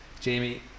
Jamie